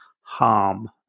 harm